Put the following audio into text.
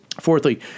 Fourthly